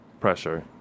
pressure